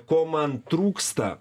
ko man trūksta